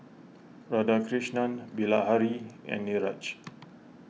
Radhakrishnan Bilahari and Niraj